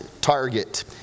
target